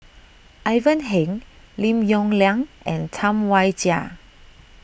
Ivan Heng Lim Yong Liang and Tam Wai Jia